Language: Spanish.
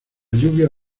lluvia